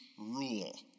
rule